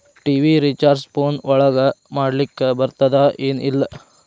TV recharge phone ಒಳಗ ಮಾಡ್ಲಿಕ್ ಬರ್ತಾದ ಏನ್ ಇಲ್ಲ?